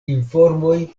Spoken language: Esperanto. informoj